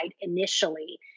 initially